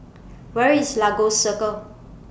Where IS Lagos Circle